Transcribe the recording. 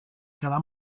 quedar